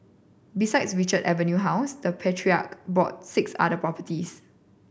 besides Richards Avenue house the patriarch brought six other properties